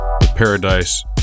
Paradise